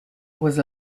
was